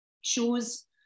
shows